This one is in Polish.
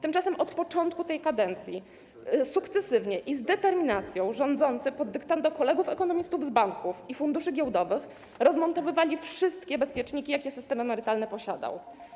Tymczasem od początku tej kadencji sukcesywnie i z determinacją rządzący pod dyktando kolegów ekonomistów z banków i funduszy giełdowych rozmontowywali wszystkie bezpieczniki, jakie system emerytalny posiadał.